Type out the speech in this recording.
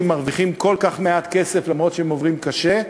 מרוויחים כל כך מעט כסף אף שהם עובדים קשה,